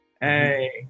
hey